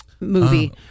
movie